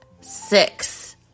six